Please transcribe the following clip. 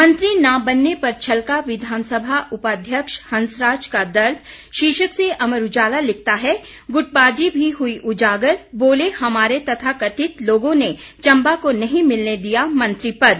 मंत्री न बनने पर छलका विधानसभा उपाध्यक्ष हंसराज का दर्द शीर्षक से अमर उजाला लिखता है गुटबाजी भी हुई उजागर बोले हमारे तथाकथित लोगों ने चंबा को नहीं मिलने दिया मंत्री पद